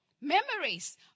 Memories